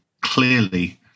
clearly